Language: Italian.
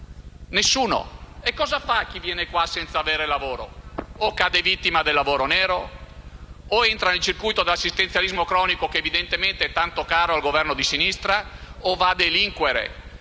Nessuno! Cosa fa, dunque, chi viene qua senza avere un lavoro? O cade vittima del lavoro nero, o entra nel circuito dell'assistenzialismo cronico, che evidentemente è tanto caro al Governo di sinistra, o va a delinquere.